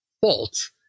fault